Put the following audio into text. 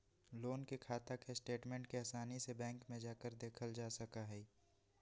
loan के खाता के स्टेटमेन्ट के आसानी से बैंक में जाकर देखल जा सका हई